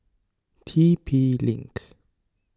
T P link